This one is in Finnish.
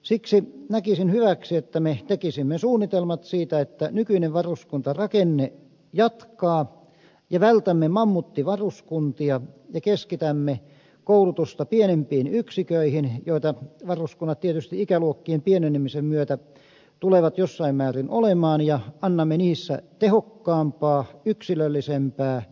siksi näkisin hyväksi että me tekisimme suunnitelmat siitä että nykyinen varuskuntarakenne jatkaa vältämme mammuttivaruskuntia ja keskitämme koulutusta pienempiin yksiköihin joita varuskunnat tietysti ikäluokkien pienenemisen myötä tulevat jossain määrin olemaan ja annamme niissä tehokkaampaa yksilöllisempää koulutusta